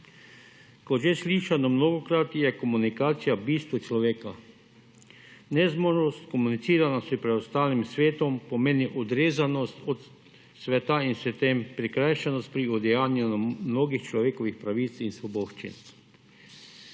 Kot že slišano mnogokrat, je komunikacija bistvo človeka. Nezmožnost komuniciranja s preostalim svetom pomeni odrezanost od sveta in s tem prikrajšanost pri udejanjanju mnogih človekovih pravic in svoboščin.